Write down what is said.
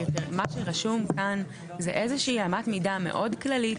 כי מה שכתוב כאן זו איזה שהיא אמת מידה מאוד כללית,